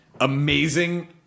amazing